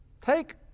Take